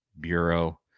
Bureau